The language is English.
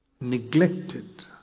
neglected